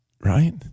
right